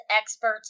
experts